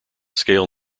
scale